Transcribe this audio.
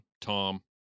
Tom